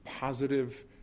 positive